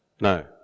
No